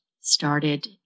started